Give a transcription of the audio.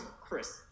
Chris